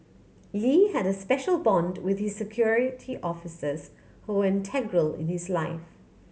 Lee had a special bond with his Security Officers who were integral in his life